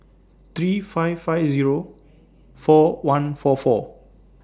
three five five Zero four one four four